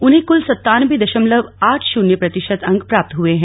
उन्हें कुल सतानबे दशमलव आठ शुन्य प्रतिशत अंक प्राप्त हए हैं